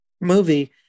movie